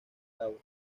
laura